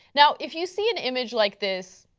now, if you see an image like this,